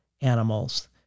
animals